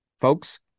folks